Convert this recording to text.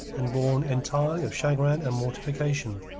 and born entirely of chagrin and mortification,